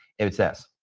it says,